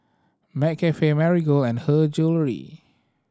McCafe Marigold and Her Jewellery